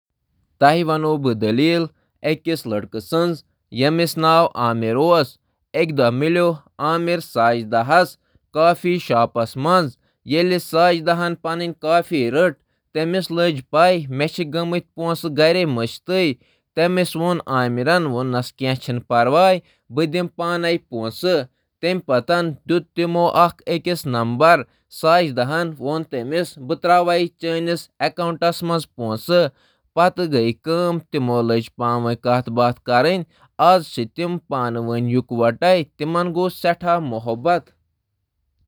بہٕ وَنہٕ أکِس بٲژن مُتعلِق اکھ دٔلیٖل یِم أکِس کافی شاپس پٮ۪ٹھ مِلان چھِ۔ عامر تہٕ ساجدہ سمکھییہِ أکِس کافی شاپس منٛز، ییٚلہِ ساجداہن کافی تُل، تٔمۍ کوٚر سونچان زِ سۄ چھےٚ گَرَس منٛز پَنُن بٹوٕ مٔشِد گٔمٕژ، پتہٕ ووٚن امیرَن تٔمِس فِکر مَہ کٔرِو، بہٕ کَرٕ اَدا۔ وۄنۍ چھِ تِم اکھ أکِس سۭتۍ۔